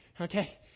Okay